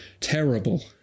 terrible